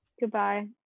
Goodbye